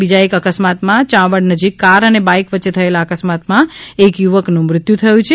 બીજા એક અકસ્માતમાં ચાવંડ નજીક કાર અને બાઇક વચ્ચે થયેલા અકસ્માતમાં એક યુવકનું મૃત્યું થયું છે